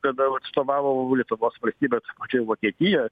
kada atstovavo lietuvos valstybės pačioje vokietija